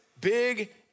big